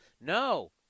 no